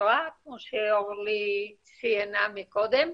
שאורלי ציינה מקודם.